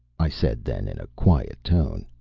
i said then in a quiet tone.